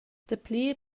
dapli